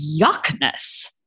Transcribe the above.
yuckness